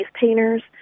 painters